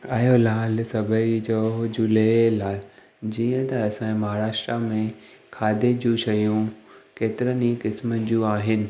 आयो लाल सभई चओ झूलेलाल जीअं त असां जे महाराष्ट्रा में खाधे जूं शयूं केतिरनि ई क़िस्मनि जूं आहिनि